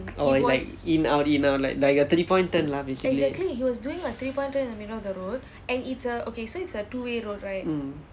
oh it's like in out in out like a three point turn lah basically mm